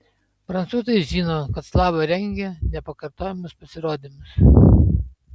prancūzai žino kad slava rengia nepakartojamus pasirodymus